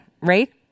right